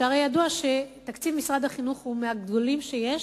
שהרי ידוע שתקציב משרד החינוך הוא מהגדולים שיש,